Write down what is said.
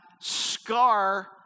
scar